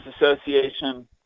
Association